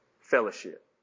fellowship